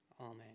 Amen